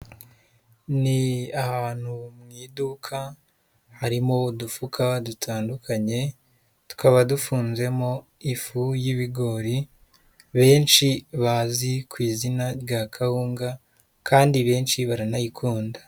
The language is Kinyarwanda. Ni ahantu mu iduka harimo udufuka dutandukanye, tukaba dufunzemo ifu y'ibigori benshi bazi ku izina rya kawunga kandi benshi baranayikunda.